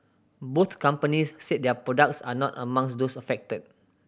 both companies said their products are not amongs those affected